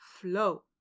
flow